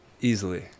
easily